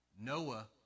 Noah